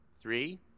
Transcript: Three